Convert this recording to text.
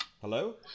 Hello